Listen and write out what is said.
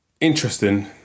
interesting